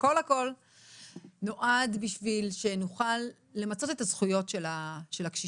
הכל הכל נועד כדי שנוכל למצות את הזכויות של הקשישים.